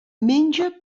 menja